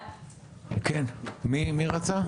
אני --- כן, מי רצה?